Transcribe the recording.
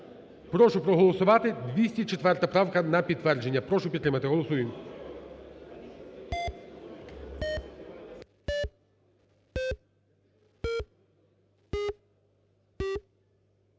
Прошу проголосувати, 204 правка на підтвердження. Прошу підтримати. Голосуємо.